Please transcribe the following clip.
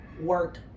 work